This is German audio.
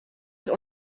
wird